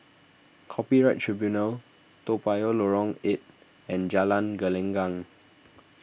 Copyright Tribunal Toa Payoh Lorong eight and Jalan Gelenggang